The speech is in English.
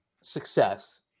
success